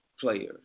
players